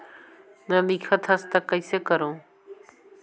नी लिखत हस ता कइसे करू?